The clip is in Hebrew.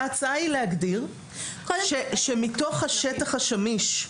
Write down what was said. ההצעה היא להגדיר שמתוך השטח השמיש,